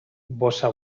bossa